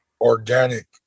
organic